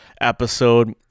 episode